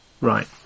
Right